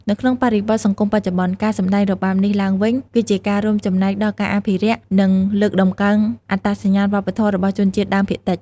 នៅក្នុងបរិបទសង្គមបច្ចុប្បន្ន ការសម្តែងរបាំនេះឡើងវិញ គឺជាការរួមចំណែកដល់ការអភិរក្ស និងលើកតម្កើងអត្តសញ្ញាណវប្បធម៌របស់ជនជាតិដើមភាគតិច។